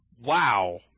Wow